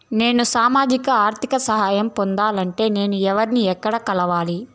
నేను సామాజిక ఆర్థిక సహాయం పొందాలి అంటే నేను ఎవర్ని ఎక్కడ కలవాలి?